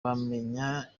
bamenya